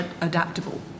adaptable